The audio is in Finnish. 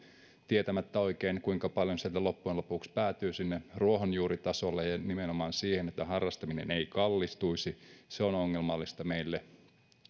tietämättä oikein kuinka paljon sieltä loppujen lopuksi päätyy sinne ruohonjuuritasolle ja nimenomaan siihen että harrastaminen ei kallistuisi on ongelmallista meille